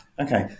Okay